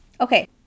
Okay